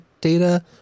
data